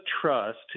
trust